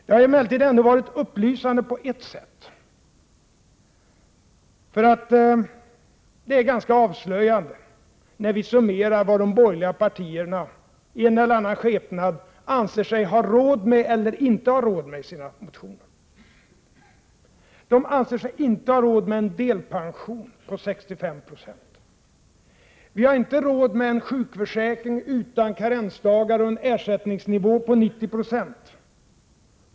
Det har emellertid ändå varit upplysande på ett sätt. Det är ganska avslöjande när vi summerar vad de borgerliga partierna i en eller annan skepnad anser sig ha råd med eller inte ha råd med i sina motioner. De anser sig inte ha råd med en delpension på 65 20. Vi har inte råd med en sjukförsäkring utan karensdagar och en ersättningsnivå på 90 26.